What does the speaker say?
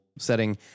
setting